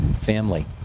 family